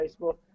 Facebook